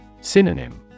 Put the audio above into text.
Synonym